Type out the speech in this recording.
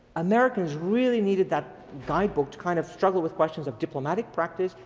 americans really needed that guidebook to kind of struggle with questions of diplomatic practice,